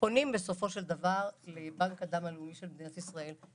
פונים לבנק הדם הלאומי של מדינת ישראל.